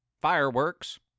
Fireworks